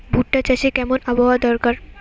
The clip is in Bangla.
ভুট্টা চাষে কেমন আবহাওয়া দরকার?